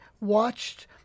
watched